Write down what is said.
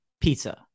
pizza